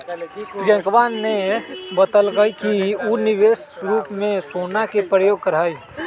प्रियंकवा ने बतल कई कि ऊ निवेश के रूप में सोना के प्रयोग करा हई